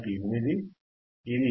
8 ఇది 4